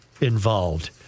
involved